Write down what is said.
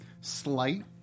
slight